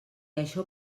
això